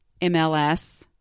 MLS